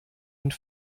und